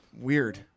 weird